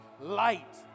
light